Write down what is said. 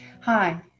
Hi